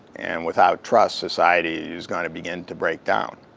and without trust, society is going to begin to break down,